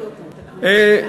כמה חברי כנסת, איציק?